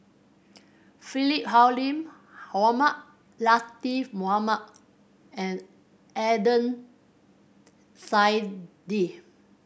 Philip Hoalim Mohamed Latiff Mohamed and Adnan Saidi